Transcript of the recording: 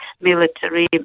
military